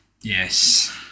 Yes